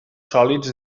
sòlids